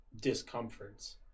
discomforts